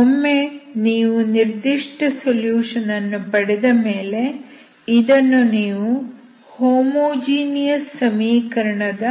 ಒಮ್ಮೆ ನೀವು ನಿರ್ದಿಷ್ಟ ಸೊಲ್ಯೂಷನ್ ಅನ್ನು ಪಡೆದ ಮೇಲೆ ಇದನ್ನು ನೀವು ಹೋಮೋಜೀನಿಯಸ್ ಸಮೀಕರಣದ